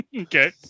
Okay